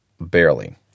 Barely